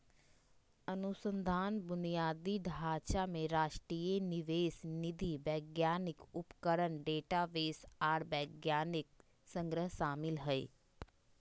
अनुसंधान बुनियादी ढांचा में राष्ट्रीय निवेश निधि वैज्ञानिक उपकरण डेटाबेस आर वैज्ञानिक संग्रह शामिल हइ